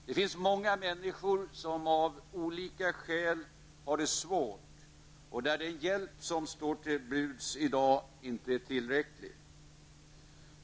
Det finns många människor som av olika skäl har det svårt och för vilka den hjälp som står till buds i dag inte är tillräcklig.